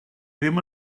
ddim